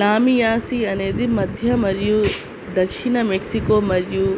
లామియాసి అనేది మధ్య మరియు దక్షిణ మెక్సికో మరియు